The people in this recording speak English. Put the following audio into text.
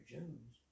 Jones